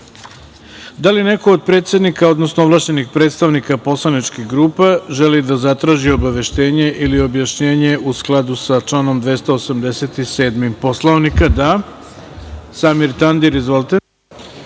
li neko od predsednika, odnosno ovlašćenih predstavnika poslaničkih grupa želi da zatraži obaveštenje ili objašnjenje u skladu sa članom 287. Poslovnika? (Da.)Reč ima narodni